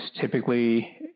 typically